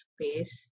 space